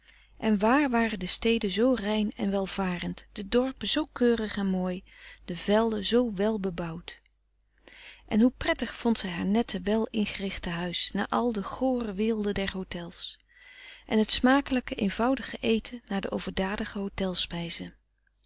en waar waren de steden zoo rein en welvarend de dorpen zoo keurig en mooi de velden zoo welbebouwd en hoe verrassend prettig vond zij haar nette wel ingerichte huis na al de gore weelde der hotels en het smakelijke eenvoudige eten na de overdadige